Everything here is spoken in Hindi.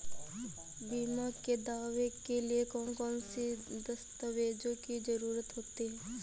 बीमा के दावे के लिए कौन कौन सी दस्तावेजों की जरूरत होती है?